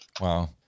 Wow